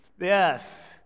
Yes